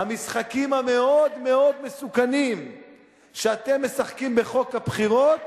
המשחקים המאוד-מאוד מסוכנים שאתם משחקים בחוק הבחירות,